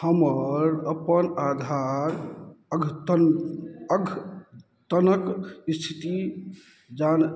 हमर अपन आधार अद्यतन अद्यतनक इस्थिति जानऽ